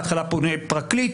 בהתחלה פונה פרקליט,